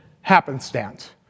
happenstance